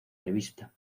revista